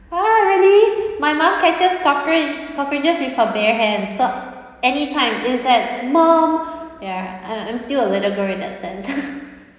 ha really my mum catches cockroach cockroaches with her bare hands so anytime insect mum ya uh I'm still a little girl in that sense